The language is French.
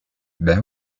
ben